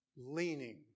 leaning